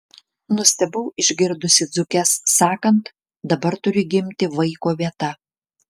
nustebau išgirdusi dzūkes sakant dabar turi gimti vaiko vieta